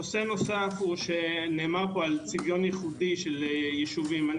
נושא נוסף שנאמר פה לגבי צביון ייחודי של יישובים אני